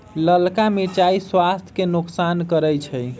ललका मिरचाइ स्वास्थ्य के नोकसान करै छइ